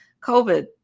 COVID